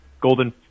Golden